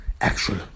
actual